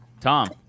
Tom